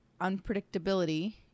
unpredictability